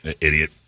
idiot